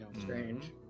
Strange